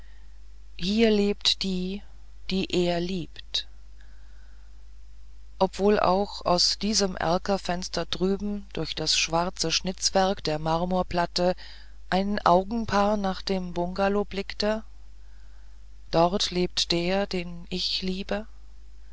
hier lebt die die er liebt ob wohl auch aus einem erkerfenster drüben durch das schnitzwerk der marmorplatte ein augenpaar nach dem bungalow blickte dort lebt der den ich liebe